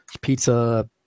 Pizza